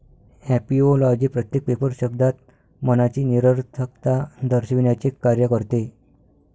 ऍपिओलॉजी प्रत्येक पेपर शब्दात मनाची निरर्थकता दर्शविण्याचे कार्य करते